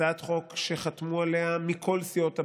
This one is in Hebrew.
הצעת חוק שחתמו עליה מכל סיעות הבית,